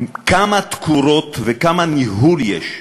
כמה תקורות וכמה ניהול יש,